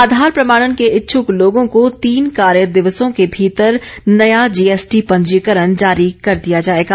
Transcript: आधार प्रमाणन के इच्छ्क लोगों को तीन कार्य दिवसों के मीतर नया जीएसटी पंजीकरण जारी कर दिया जाएगा